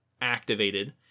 activated